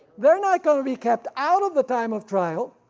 they are not going to be kept out of the time of trial,